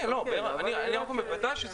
בוודאי.